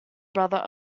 brother